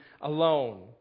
alone